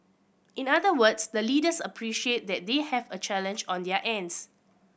in other words the leaders appreciate that they have a challenge on their ends